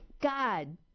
God